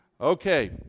Okay